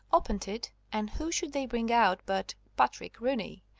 opened it, and who should they bring out but patrick rooney.